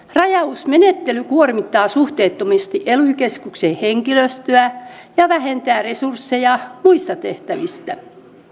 rajausmenettely kuormittaa suhteettomasti ely keskuksen henkilöstöä ja vähentää resursseja muista tehtävistä